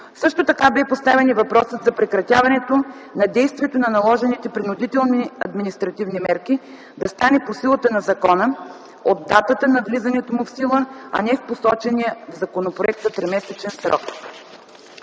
Също така бе поставен и въпросът за прекратяването на действието на наложените принудителни административни мерки да стане по силата на закона, от датата на влизането му в сила, а не в посочения в законопроекта тримесечен срок.